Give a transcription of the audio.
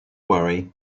worry